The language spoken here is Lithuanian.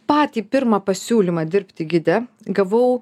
patį pirmą pasiūlymą dirbti gide gavau